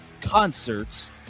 concerts